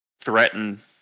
threaten